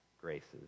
graces